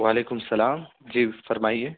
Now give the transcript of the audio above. وعلیکم سلام جی فرمائیے